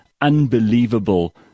unbelievable